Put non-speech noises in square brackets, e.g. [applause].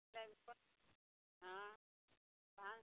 [unintelligible] हँ पाँच सए